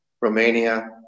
Romania